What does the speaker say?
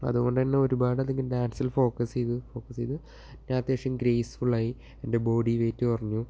അതു കൊണ്ടു തന്നെ ഒരുപാടധികം ഡാൻസിൽ ഫോക്കസ് ചെയ്ത് ഫോക്കസ് ചെയ്ത് ഞാൻ അത്യാവശ്യം ഗ്രേസ്ഫുള്ളായി എൻ്റെ ബോഡി വെയ്റ്റ് കുറഞ്ഞു